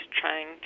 trying